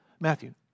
Matthew